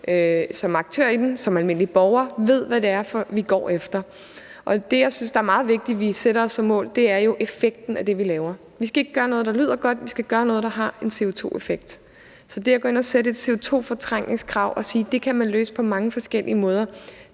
som aktør i den, som almindelig borger ved, hvad det er, vi går efter? Det, jeg synes er meget vigtigt vi sætter os som mål, er effekten af det, vi laver. Vi skal ikke gøre noget, der lyder godt, vi skal gøre noget, der har en CO2-effekt. Så det at gå ind og sætte et CO2-fortrængningskrav og sige, at det kan man løse på mange forskellige måder,